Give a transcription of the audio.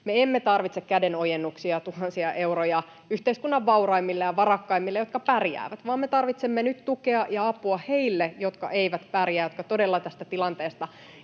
emme tarvitse kädenojennuksia, tuhansia euroja, yhteiskunnan vauraimmille ja varakkaimmille, jotka pärjäävät, vaan me tarvitsemme nyt tukea ja apua heille, jotka eivät pärjää, jotka todella tästä tilanteesta